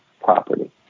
property